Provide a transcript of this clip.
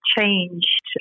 changed